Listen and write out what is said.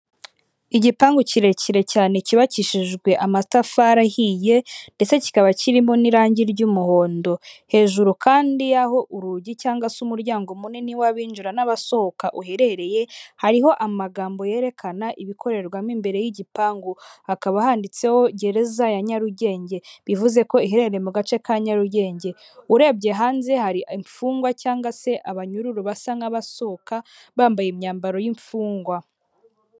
Igipangu kirekire cyane cyubakishijwe amatafari ahiye ndetse kikaba kirimo n'irangi ry'umuhondo. Hejuru kandi y'aho urugi cyangwa se umuryango munini w'abinjira n'abasohoka uherereye, hariho amagambo yerekana ibikorerwamo imbere y'igipangu, hakaba handitseho gereza ya Nyarugenge, bivuze ko iherereye mu gace ka Nyarugenge. Urebye hanze hari imfungwa cyangwag se abanyururu basa nk'abasohoka, bambaye imyambaro y'imfungwa.